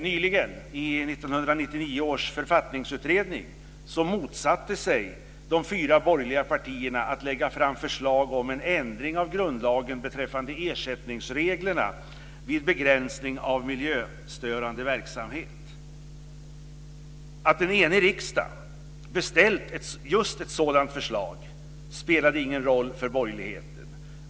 · Nyligen, i 1999 års författningsutredning, motsatte sig de fyra borgerliga partierna att lägga fram förslag om en ändring av grundlagen beträffande ersättningsreglerna vid begränsning av miljöstörande verksamhet. Att en enig riksdag beställt just ett sådant förslag spelade ingen roll för borgerligheten.